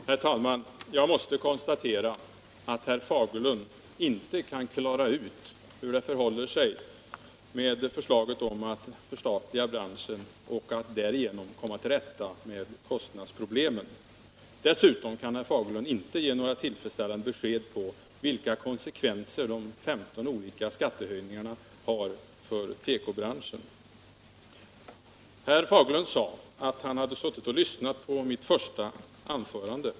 Herr talman! Jag måste konstatera att herr Fagerlund inte kan klara ut hur det förhåller sig med förslaget om att förstatliga branschen för att därigenom komma till rätta med kostnadsproblemen. Dessutom kan herr Fagerlund inte ge tillfredsställande besked om vilka konsekvenser de femton olika skattehöjningarna har för tekobranschen. 97 Herr Fagerlund sade att han hade lyssnat på mitt första anförande.